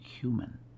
human